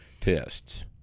tests